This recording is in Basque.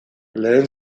lehen